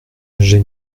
j’ai